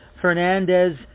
Fernandez